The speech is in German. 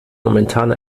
momentan